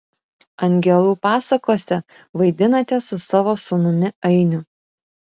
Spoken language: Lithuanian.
angelų pasakose vaidinate su savo sūnumi ainiu